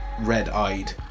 red-eyed